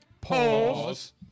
Pause